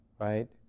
right